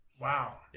Wow